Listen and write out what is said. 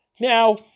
Now